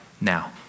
now